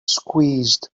squeezed